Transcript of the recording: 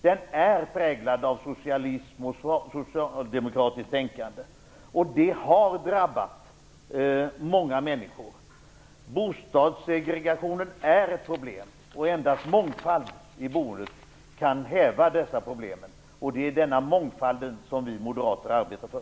Den är präglad av socialism och socialdemokratiskt tänkande, och det har drabbat många människor. Bostadssegregationen är ett problem, och endast mångfald i boendet kan häva dessa problem. Det är denna mångfald som vi moderater arbetar för.